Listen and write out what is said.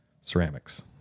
ceramics